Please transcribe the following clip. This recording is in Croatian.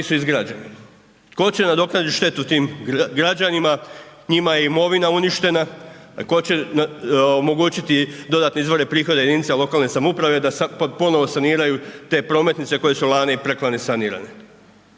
nisu izgrađene? Tko će nadoknaditi štetu tim građanima, njima je i imovina uništena, tko će omogućiti dodatne izvore prihoda jedinica lokalne samouprave da se ponovno saniraju te prometnice koje su lani i preklani sanirane?